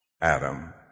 Adam